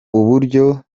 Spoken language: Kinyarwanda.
uburyo